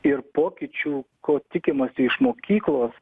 ir pokyčių ko tikimasi iš mokyklos